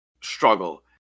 struggle